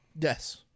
Yes